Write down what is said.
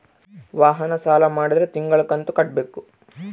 ವಾಹನ ಸಾಲ ಮಾಡಿದ್ರಾ ತಿಂಗಳ ಕಂತು ಕಟ್ಬೇಕು